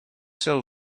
sell